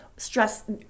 stress